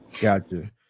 Gotcha